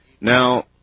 Now